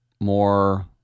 more